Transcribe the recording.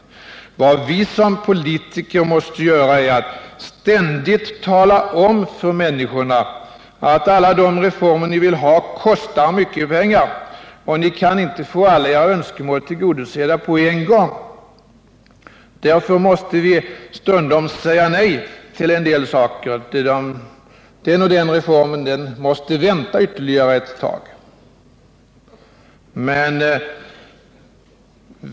Vad vi som politiker måste göra är att ständigt tala om för människorna: Alla de reformer som ni vill ha kostar mycket pengar, och ni kan inte få alla era önskemål tillgodosedda på en gång. Därför måste vi stundom säga nej till en del saker — den och den reformen måste vänta ytterligare ett tag.